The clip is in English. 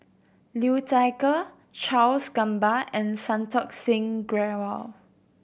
Liu Thai Ker Charles Gamba and Santokh Singh Grewal